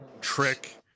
trick